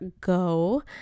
go